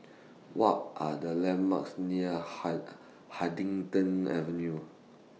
What Are The landmarks near hud Huddington Avenue